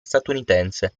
statunitense